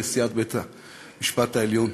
נשיאת בית-המשפט העליון,